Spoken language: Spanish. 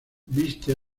viste